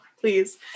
please